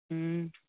ꯎꯝ